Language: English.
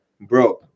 bro